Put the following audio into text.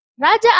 Raja